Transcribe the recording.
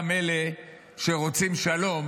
גם את אלה שרוצים שלום,